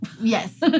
Yes